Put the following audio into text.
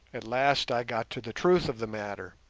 at last i got to the truth of the matter.